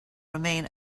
remain